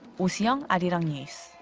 oh sooyoung, arirang news.